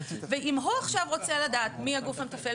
ואם הוא עכשיו רוצה לדעת מי הגוף המתפעל,